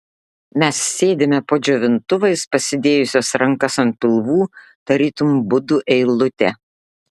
mes sėdime po džiovintuvais pasidėjusios rankas ant pilvų tarytum budų eilutė